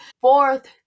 fourth